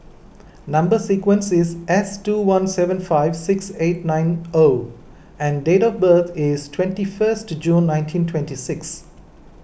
Number Sequence is S two one seven five six eight nine O and date of birth is twenty first June nineteen twenty six